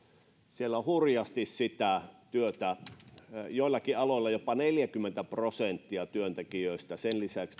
siellä on hurjasti sitä työtä joillakin aloilla jopa neljäkymmentä prosenttia työntekijöistä sen lisäksi